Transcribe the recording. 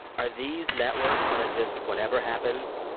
are these networks going to just, whatever happens,